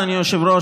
אדוני היושב-ראש,